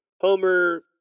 Homer